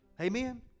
Amen